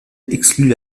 exclut